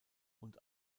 und